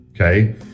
okay